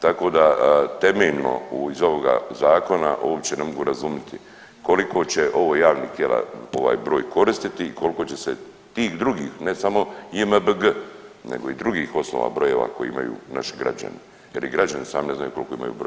Tako da temeljno iz ovoga zakona uopće ne mogu razumiti koliko će ovo javnih tijela ovaj broj koristiti i koliko će se tih drugih ne samo JMBG nego i drugih osnova brojeva koji imaju naši građani jer i građani sami ne znaju koliko imaju brojeva.